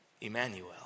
Emmanuel